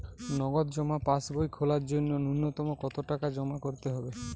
নগদ জমা পাসবই খোলার জন্য নূন্যতম কতো টাকা জমা করতে হবে?